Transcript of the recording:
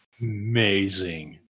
Amazing